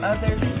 Others